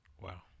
Wow